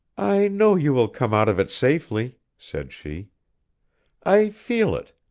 i know you will come out of it safely, said she i feel it.